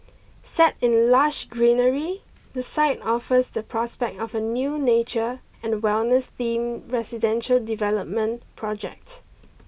set in lush greenery the site offers the prospect of a new nature and wellness themed residential development project